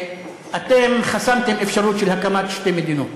אתם חסמתם אפשרות של הקמת שתי מדינות,